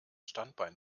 standbein